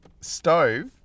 stove